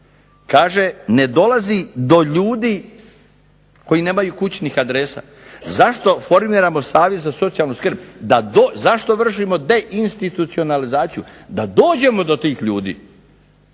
Kaže ne dolazi do ljudi koji nemaju kućnih adresa. Zašto formiramo savez za socijalnu skrb, zašto vršimo deinstitucionalizaciju, da dođemo do tih ljudi